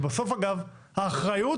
ובסוף, אגב, האחריות